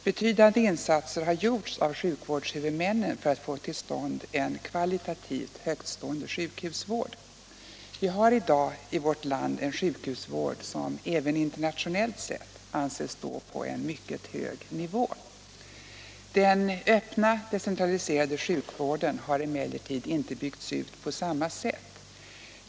Betydande insatser har gjorts av sjukvårdshuvudmännen för att få till stånd en kvalitativt högtstående sjukhusvård. Vi har i dag i vårt land en sjukhusvård som även internationellt sett anses stå på en mycket hög nivå. Den öppna decentraliserade sjukvården har emellertid inte byggts ut på samma sätt.